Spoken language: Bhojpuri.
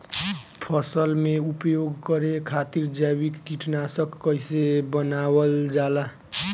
फसल में उपयोग करे खातिर जैविक कीटनाशक कइसे बनावल जाला?